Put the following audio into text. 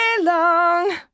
long